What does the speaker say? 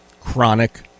Chronic